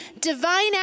divine